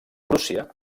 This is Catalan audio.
prússia